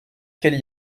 qu’elle